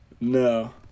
No